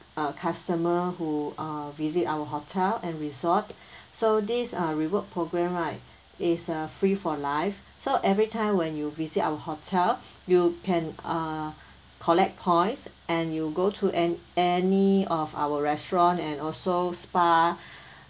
uh customer who uh visit our hotel and resort so this uh reward program right is a free for life so every time when you visit our hotel you can uh collect points and you go to an~ any of our restaurant and also spa